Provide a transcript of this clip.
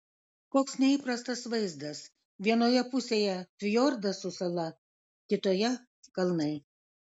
koks neįprastas vaizdas vienoje pusėje fjordas su sala kitoje kalnai